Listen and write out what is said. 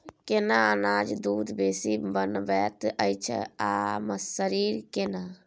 केना अनाज दूध बेसी बनबैत अछि आ शरीर केना?